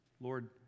Lord